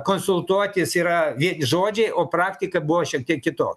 konsultuotis yra vien žodžiai o praktika buvo šiek tiek kitokia